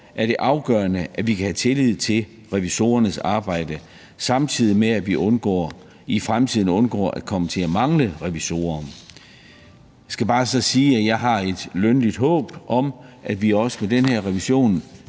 er det afgørende, at vi kan have tillid til revisorernes arbejde, samtidig med at vi i fremtiden undgår at komme til at mangle revisorer. Jeg skal så bare sige, at jeg har et lønligt håb om, at vi også med den her revision